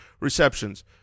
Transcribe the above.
receptions